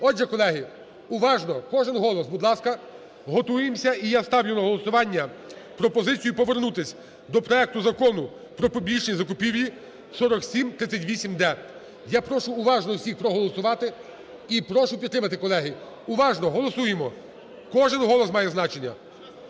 Отже, колеги, уважно, кожен голос, будь ласка, готуємося. І я ставлю на голосування пропозицію повернутися до проекту Закону "Про публічні закупівлі" (4738-д). Я прошу уважно всіх проголосувати і прошу підтримати, колеги. Уважно голосуємо, кожен голос має значення.